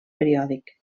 periòdic